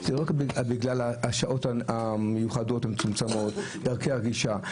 לא רק בגלל השעות המיוחדות המצומצמות ודרכי הגישה.